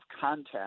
contact